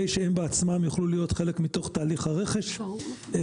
שהם בעצמם יוכלו להיות חלק מתוך תהליך הרכש ולרכוש.